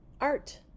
art